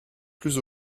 plus